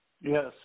Yes